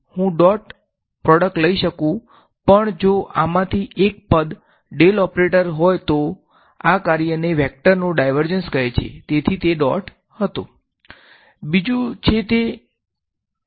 હું ડોટ ગુણાકાર લઈ શકું પણ જો આ માથી એક પદ ડેલ ઓપરેટર હોઈ તો આ કાર્ય ને વેકટર નો ડાયવર્ઝન્સ કહે છે